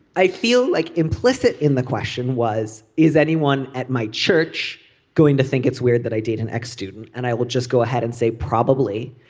i feel like implicit in the question was is anyone at my church going to think it's weird that i did an x student and i will just go ahead and say probably